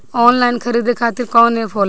Online खरीदे खातीर कौन एप होला?